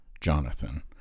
Jonathan